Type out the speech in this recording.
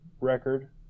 record